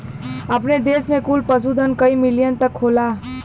अपने देस में कुल पशुधन कई मिलियन तक होला